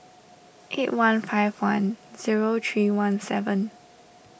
eight one five one zero three one seven